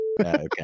Okay